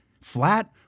Flat